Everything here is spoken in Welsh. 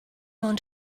ond